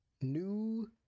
new